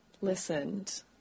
listened